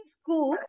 school